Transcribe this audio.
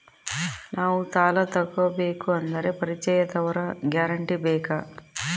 ನಾವು ಸಾಲ ತೋಗಬೇಕು ಅಂದರೆ ಪರಿಚಯದವರ ಗ್ಯಾರಂಟಿ ಬೇಕಾ?